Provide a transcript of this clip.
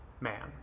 man